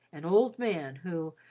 an old man, who,